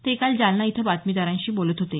ते काल जालना इथं बातमीदारांशी बोलत होते